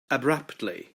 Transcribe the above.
abruptly